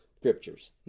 scriptures